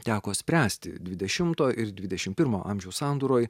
teko spręsti dvidešimto ir dvidešim pirmo amžiaus sandūroj